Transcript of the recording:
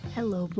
Hello